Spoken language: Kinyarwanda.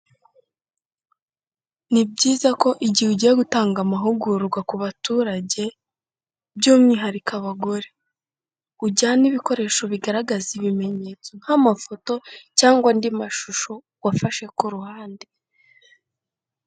Ni byiza ko igihe ugiye gutanga amahugurwa ku baturage, by'umwihariko abagore, ujyana ibikoresho bigaragaza ibimenyetso nk'amafoto cyangwa andi mashusho wafashe ku ruhande.